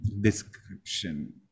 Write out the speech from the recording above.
Description